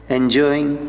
enjoying